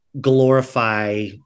glorify